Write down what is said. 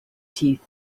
teeth